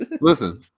listen